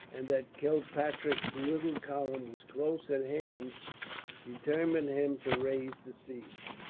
and that kilpatrick's little column was close at hand determined him to raise the siege.